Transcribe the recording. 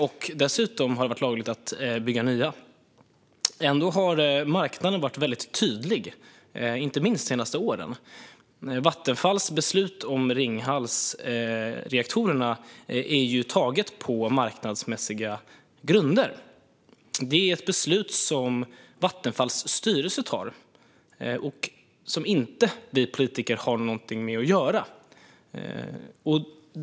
Det har dessutom varit lagligt att bygga nya. Ändå har marknaden varit tydlig, inte minst de senaste åren. Vattenfalls beslut om Ringhalsreaktorerna är fattat på marknadsmässiga grunder. Det är ett beslut som Vattenfalls styrelse tar och som vi politiker inte har något med att göra.